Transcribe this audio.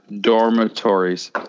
dormitories